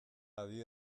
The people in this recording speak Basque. adi